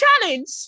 challenge